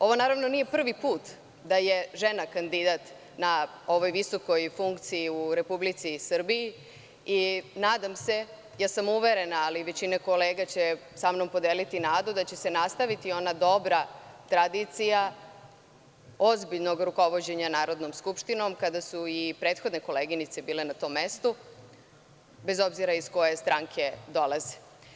Ovo naravno nije prvi put da je žena kandidat na ovoj visokoj funkciji u RS i nadam se, uverena sam, a većina kolega će sa mnom podeliti nadu, da će se nastaviti ona dobra tradicija ozbiljnog rukovođenja Narodnom skupštinom kada su i prethodne koleginice bile na tom mestu bez obzira iz koje stranke dolaze.